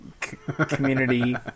community